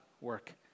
work